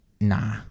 nah